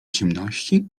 ciemności